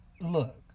Look